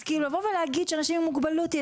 אז לבוא ולהגיד שלאנשים עם מוגבלות יש